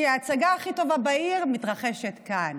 כי ההצגה הכי טובה בעיר מתרחשת כאן,